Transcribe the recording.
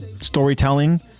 storytelling